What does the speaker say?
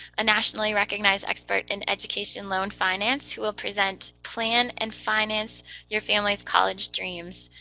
a nationally recognized expert in education loan finance who will present plan and finance your family's college dreams.